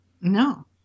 no